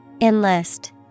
Enlist